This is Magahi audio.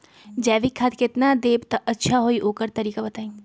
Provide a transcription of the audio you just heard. जैविक खाद केतना देब त अच्छा होइ ओकर तरीका बताई?